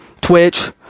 Twitch